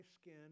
skin